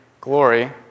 glory